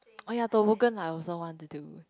oh ya toboggan I also want to do